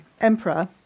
emperor